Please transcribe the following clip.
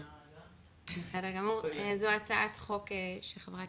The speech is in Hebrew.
זו הצעת חוק שחברת